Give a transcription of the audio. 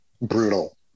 brutal